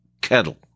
kettle